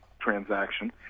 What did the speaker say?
transaction